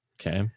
Okay